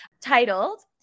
titled